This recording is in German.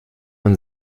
man